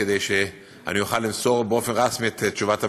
כדי שאני אוכל למסור באופן רשמי את תשובת המשרד,